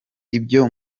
ibyo